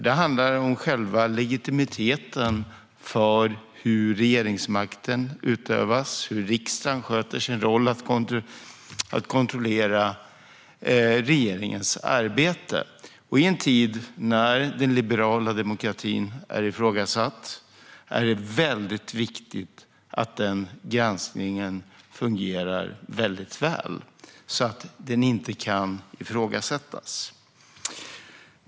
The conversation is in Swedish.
Det handlar om själva legitimiteten för hur regeringsmakten utövas och hur riksdagen sköter sin roll att kontrollera regeringens arbete. I en tid när den liberala demokratin är ifrågasatt är det väldigt viktigt att den granskningen fungerar väldigt väl, så att den inte kan ifrågasättas.